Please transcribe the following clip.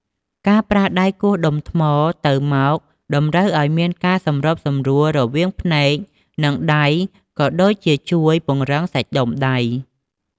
ការប្រើដៃគោះដុំថ្មទៅមកតម្រូវឱ្យមានការសម្របសម្រួលរវាងភ្នែក និងដៃក៏ដូចជាជួយពង្រឹងសាច់ដុំដៃ។